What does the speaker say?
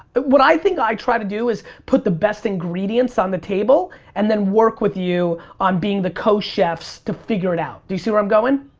what i think i try to do is put the best ingredients on the table and then work with you on being the co-chefs to figure it out. do you see where i'm going?